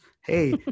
Hey